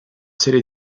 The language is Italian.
serie